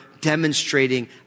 demonstrating